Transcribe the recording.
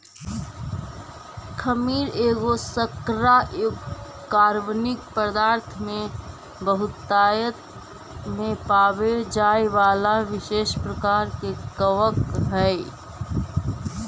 खमीर एगो शर्करा युक्त कार्बनिक पदार्थ में बहुतायत में पाबे जाए बला विशेष प्रकार के कवक हई